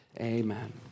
amen